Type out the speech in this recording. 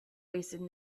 wasted